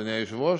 אדוני היושב-ראש?